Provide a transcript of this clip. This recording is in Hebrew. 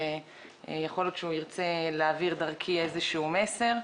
ויכול להיות שהוא ירצה להעביר דרכי איזשהו מסר.